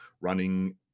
running